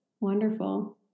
Wonderful